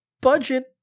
budget